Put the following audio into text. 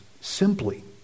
simply